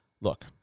Look